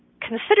consider